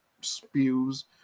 spews